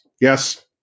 Yes